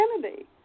Kennedy